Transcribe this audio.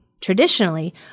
traditionally